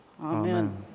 Amen